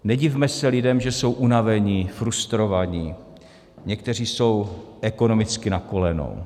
Nedivme se lidem, že jsou unavení, frustrovaní, někteří jsou ekonomicky na kolenou.